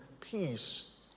peace